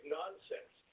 nonsense